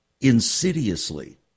insidiously